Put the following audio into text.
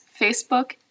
Facebook